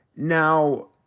Now